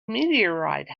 meteorite